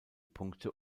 punkte